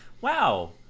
Wow